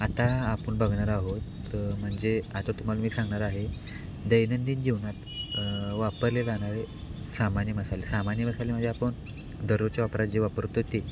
आता आपण बघणार आहोत म्हणजे आता तुम्हाला मी सांगणार आहे दैनंदिन जीवनात वापरले जाणारे सामान्य मसाले सामान्य मसाले म्हणजे आपण दररोजच्या वापरात जे वापरतो ते